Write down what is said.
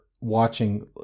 watching